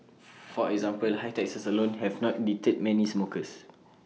for example high taxes alone have not deterred many smokers